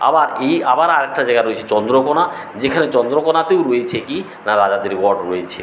আবার এই আবার আরেকটা জায়গা রয়েছে চন্দ্রকোণা যেখানে চন্দ্রকোণাতেও রয়েছে ক না রাজাদের গড় রয়েছে